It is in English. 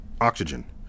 oxygen